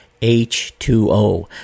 H2O